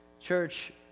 Church